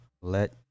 Let